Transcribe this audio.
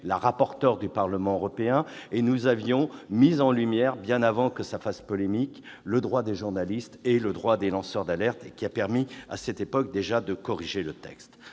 la rapporteur au Parlement européen et nous avions mis en lumière, bien avant que cela fasse polémique, le droit des journalistes et des lanceurs d'alerte, ce qui avait permis, déjà, de corriger le texte.